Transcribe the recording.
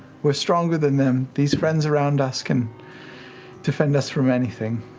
we're stronger than them, these friends around us can defend us from anything.